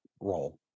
role